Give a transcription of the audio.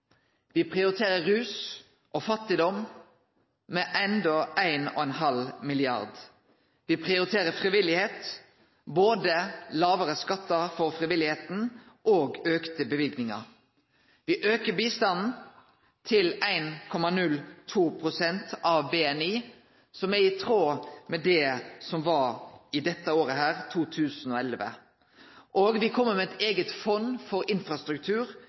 Me prioriterer rus og fattigdom med enda 1,5 mrd. kr. Me prioriterer frivilligheit, både lågare skattar for frivilligheita og auka løyve. Me aukar bistanden til 1,02 pst. av BNI, som er i tråd med det som var i dette året, 2011. Me kjem òg med eit eige fond for infrastruktur